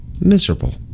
miserable